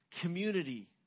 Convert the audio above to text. community